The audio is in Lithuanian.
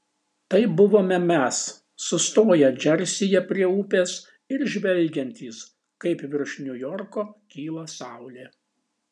tai buvome mes sustoję džersyje prie upės ir žvelgiantys kaip virš niujorko kyla saulė